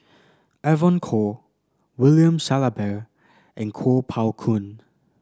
Evon Kow William Shellabear and Kuo Pao Kun